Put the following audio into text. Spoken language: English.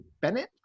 bennett